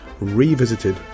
Revisited